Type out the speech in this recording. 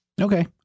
Okay